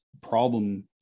problem